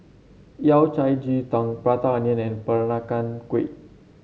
Yao Cai Ji Tang Prata Onion and Peranakan Kueh